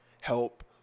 help